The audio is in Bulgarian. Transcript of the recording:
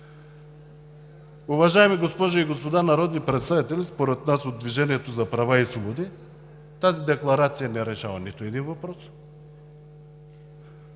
Уважаеми госпожи и господа народни представители, според нас – от „Движението за права и свободи“, тази декларация не решава нито един въпрос.